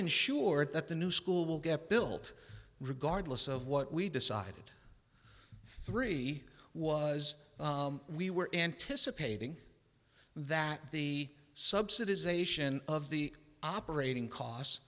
ensured that the new school will get built regardless of what we decide three was we were anticipating that the subsidization of the operating costs